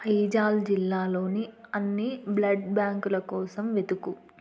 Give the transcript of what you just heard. ఐజాల్ జిల్లాలోని అన్ని బ్లడ్ బ్యాంకుల కోసం వెతుకు